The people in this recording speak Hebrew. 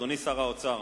אדוני שר האוצר.